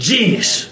Genius